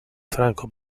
franco